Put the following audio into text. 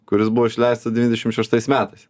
kuris buvo išleista devyniasdešim šeštais metais